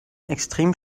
extrem